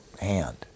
hand